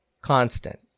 constant